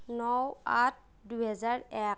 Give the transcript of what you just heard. ন আঠ দুই হাজাৰ এক